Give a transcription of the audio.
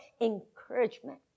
encouragement